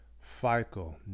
fico